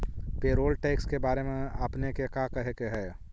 Payroll tax के बारे में आपने के का कहे के हेअ?